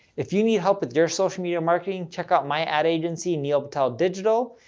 if you need help with your social media marketing, check out my ad agency, neil patel digital.